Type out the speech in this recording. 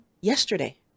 yesterday